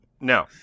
No